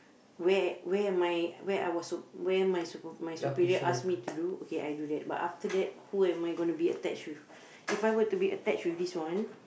where where am I where our su~ where my sup~ my superior ask me to do okay I do that but after that who am I gonna be attached with If I were to be attached with this one